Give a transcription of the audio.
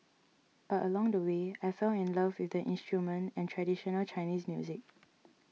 but along the way I fell in love with the instrument and traditional Chinese music